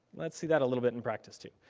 let's see that a little bit in practice too.